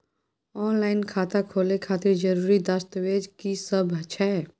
Online खाता खोले खातिर जरुरी दस्तावेज की सब छै?